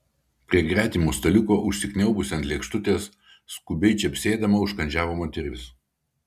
prie gretimo staliuko užsikniaubusi ant lėkštutės skubiai čepsėdama užkandžiavo moteris